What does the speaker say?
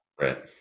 Right